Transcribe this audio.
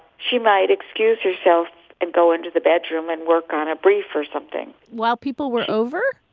she might excused herself and go into the bedroom and work on a brief or something while people were over,